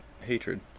hatred